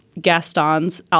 Gaston's